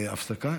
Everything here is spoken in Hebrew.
הפסקה?